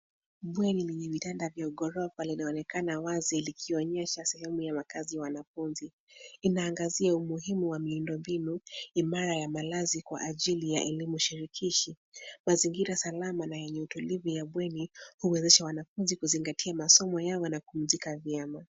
Bweni lenye vitanda vya ghorofa linaonekana wazi likionyesha sehemu ya makaazi ya wanafunzi. Inaangazia umuhimu wa miundombinu imara ya malazi kwa ajili ya elimu shirikishi. Mazingira salama na yenye utulivu ya bweni huwezesha wanafunzi kuzingatia masomo yao na kupumzika vyema.